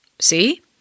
See